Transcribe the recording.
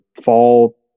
fall